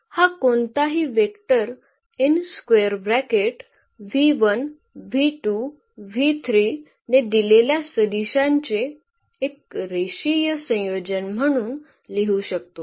हा कोणताही वेक्टर ने दिलेल्या सदिशांचे एक रेषीय संयोजन म्हणून लिहू शकतो